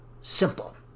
simple